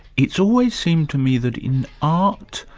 it's always seemed to me that in art,